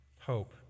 hope